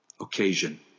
Occasion